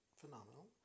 phenomenal